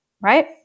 right